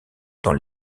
dans